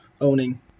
owning